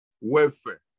welfare